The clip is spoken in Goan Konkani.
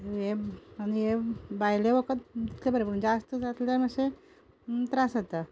हें आनी हें भायलें वखद तितलें बरें पूण जास्त पिल्यार मातशें त्रास जाता